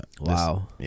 Wow